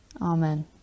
Amen